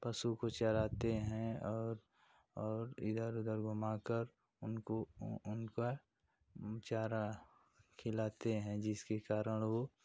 पशु को चराते हैं और और इधर उधर घूमाकर उनको उनका चारा खिलाते हैं जिसके कारण वह